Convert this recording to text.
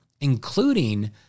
including